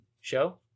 show